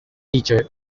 teacher